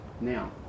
Now